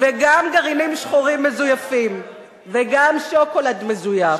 וגם גרעינים שחורים מזויפים וגם שוקולד מזויף.